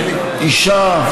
אישה,